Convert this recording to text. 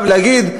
להגיד,